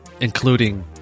including